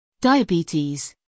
Diabetes